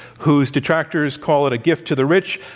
whose detractors call it a gift to the rich,